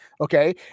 Okay